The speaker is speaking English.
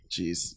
Jeez